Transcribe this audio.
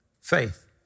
faith